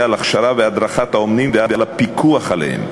להכשרה ולהדרכה של האומנים ולפיקוח עליהם.